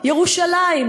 ירושלים,